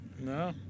No